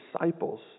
disciples